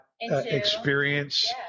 experience